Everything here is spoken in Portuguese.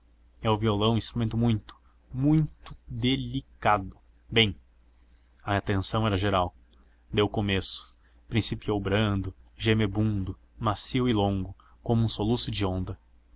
é o violão instrumento muito mui to dê licá do bem a atenção era geral deu começo principiou brando gemebundo macio e longo como soluço de onda